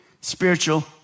spiritual